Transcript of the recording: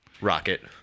Rocket